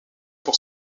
pour